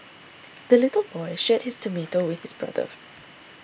the little boy shared his tomato with his brother